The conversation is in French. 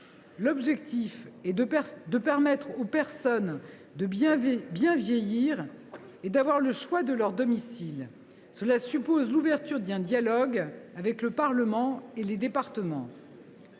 L’objectif est de permettre aux personnes de bien vieillir et d’avoir le choix de leur domicile. Cela suppose l’ouverture d’un dialogue avec le Parlement et les départements.